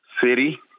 city